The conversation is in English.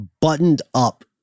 buttoned-up